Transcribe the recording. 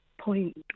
point